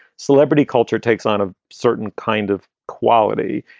celebrity culture takes on a certain kind of quality.